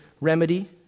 remedy